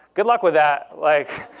good luck with that, like